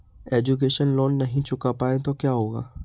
Education loan नहीं चुका पाए तो क्या होगा?